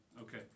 Okay